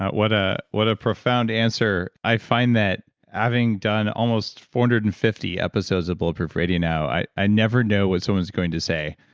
what ah what a profound answer. i find that having done almost four hundred and fifty episodes of bulletproof radio now, i i never know what someone's going to say,